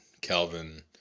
Calvin